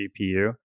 GPU